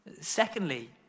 Secondly